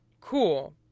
cool